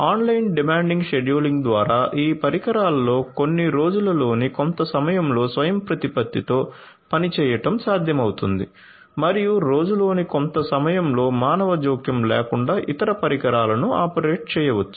online demand scheduling ద్వారా ఈ పరికరాలలో కొన్ని రోజులోని కొంత సమయం లో స్వయంప్రతిపత్తితో పనిచేయడం సాధ్యమవుతుంది మరియు రోజులోని కొంత సమయం లో మానవ జోక్యం లేకుండా ఇతర పరికరాలను ఆపరేట్ చేయవచ్చు